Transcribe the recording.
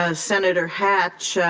ah senator hatch